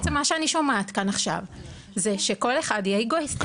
מה שאני שומעת כאן עכשיו זה שכל אחד יהיה אגואיסט -- נכון.